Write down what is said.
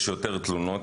יש יותר תלונות,